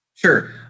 Sure